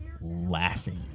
laughing